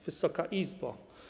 Wysoka Izbo!